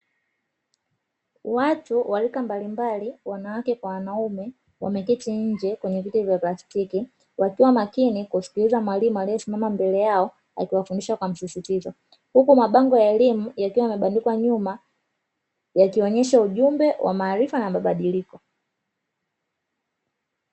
Watu wa rika mbalimbali, wanawake kwa wanaume; wameketi nje kwenye viti vya plastiki wakiwa makini kumsikiliza mwalimu aliyesimama mbele yao, akiwafundisha kwa msisitizo, huku mabango ya elimu yakiwa yamebandikwa nyuma, yakionyesha ujumbe wa maarifa na mabadiliko.